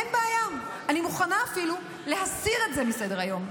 אין בעיה, אני אפילו מוכנה להסיר את זה מסדר-היום,